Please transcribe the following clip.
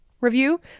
review